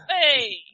Hey